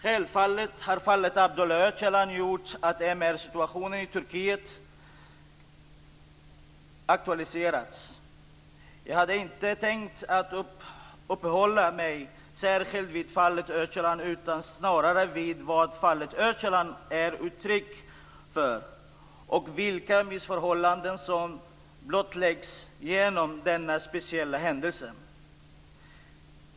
Självfallet har fallet Abdullah Öcalan gjort att MR-situationen i Turkiet aktualiserats. Jag hade inte tänkt att uppehålla mig särskilt vid fallet Öcalan utan snarare vid vad fallet Öcalan är uttryck för och vilka missförhållanden som blottläggs genom denna speciella händelse.